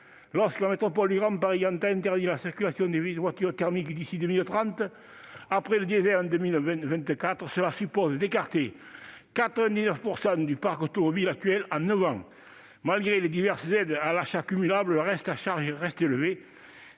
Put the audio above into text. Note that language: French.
Lorsque la métropole du Grand Paris entend interdire la circulation des voitures thermiques d'ici à 2030, après le diesel en 2024, cela suppose d'écarter 99 % du parc automobile actuel en neuf ans. Malgré les diverses aides à l'achat cumulables, le reste à charge reste élevé.